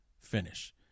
finish